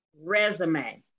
resume